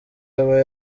aba